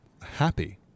happy